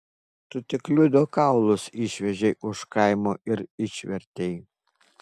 tu tik liudo kaulus išvežei už kaimo ir išvertei